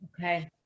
Okay